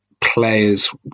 players